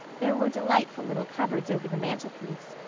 there were delightful little cupboards over the mantelpiece,